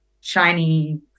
shiny